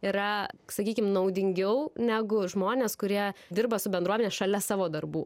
yra sakykim naudingiau negu žmonės kurie dirba su bendruomene šalia savo darbų